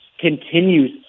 continues